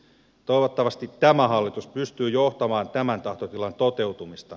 toivottavasti tämä hallitus pystyy johtamaan tämän tahtotilan toteutumista